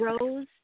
Rose